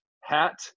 hat